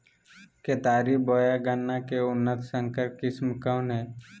केतारी बोया गन्ना के उन्नत संकर किस्म कौन है?